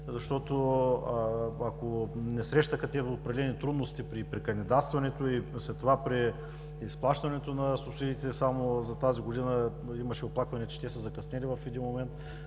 защото, ако те не срещаха определени трудности при кандидатстването и след това при изплащането на субсидиите, а само за тази година имаше оплакване, че са закъснели в един момент,